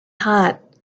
hot